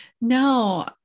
No